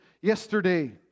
yesterday